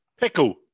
Pickle